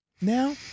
Now